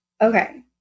Okay